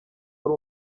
wari